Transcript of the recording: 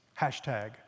Hashtag